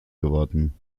geworden